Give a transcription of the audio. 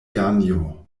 janjo